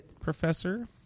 Professor